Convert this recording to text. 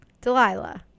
Delilah